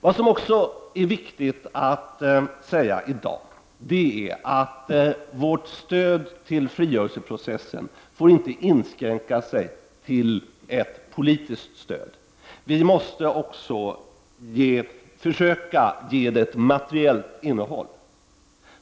Vad som också är viktigt att säga i dag är att vårt stöd till frigörelseprocessen inte får inskränka sig till ett politiskt stöd. Vi måste också försöka ge det ett materiellt innehåll.